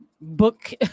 book